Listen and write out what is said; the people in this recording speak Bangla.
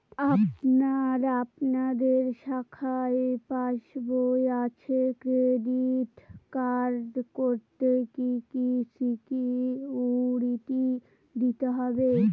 আমার আপনাদের শাখায় পাসবই আছে ক্রেডিট কার্ড করতে কি কি সিকিউরিটি দিতে হবে?